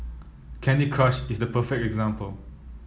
Candy Crush is the perfect example